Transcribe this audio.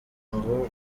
ngo